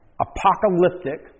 apocalyptic